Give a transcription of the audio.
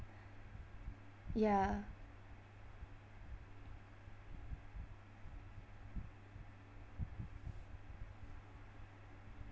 ya